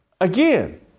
again